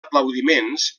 aplaudiments